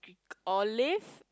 olive